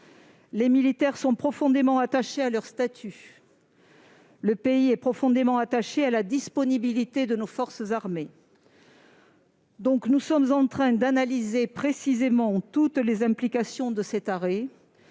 Les militaires sont profondément attachés à leur statut, et le pays est profondément attaché à la disponibilité de nos forces armées. Nous sommes en train d'analyser précisément toutes les implications de cet arrêt